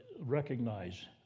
recognize